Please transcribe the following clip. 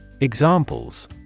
Examples